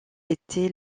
été